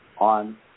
on